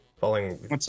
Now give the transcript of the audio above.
Following